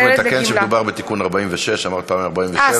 אני רק אתקן שמדובר בתיקון 46. אמרת פעמיים 47,